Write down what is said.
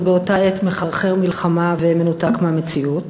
אבל באותה עת מחרחר מלחמה ומנותק מהמציאות.